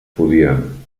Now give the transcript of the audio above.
podien